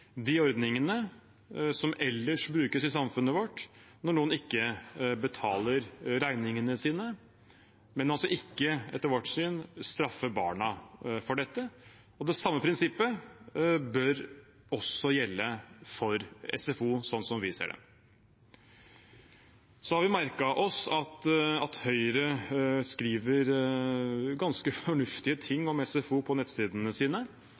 de ordningene som ellers brukes i samfunnet vårt når noen ikke betaler regningene sine, og altså ikke – etter vårt syn – straffe barna for dette. Det samme prinsippet bør gjelde for SFO, slik vi ser det. Vi har merket oss at Høyre skriver ganske fornuftige ting om SFO på nettsidene sine.